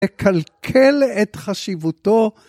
אקלקל את חשיבותו.